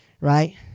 right